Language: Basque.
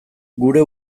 gure